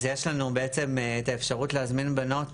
אז יש לנו בעצם את האפשרות להזמין בנות